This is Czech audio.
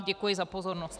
Děkuji za pozornost.